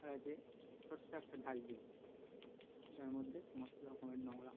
আর আছে ছোট্ট একটা ডাস্টবিন যার মধ্যে সমস্ত রকমের নোংরা